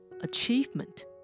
achievement